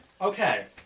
Okay